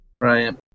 Right